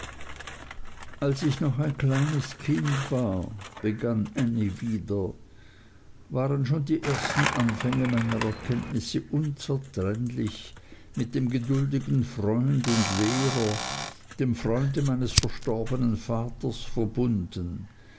als ich noch ein kleines kind war begann ännie wieder waren schon die ersten anfänge meiner erkenntnisse unzertrennlich mit dem geduldigen freund und lehrer dem freunde meines verstorbenen vaters verbunden